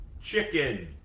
chicken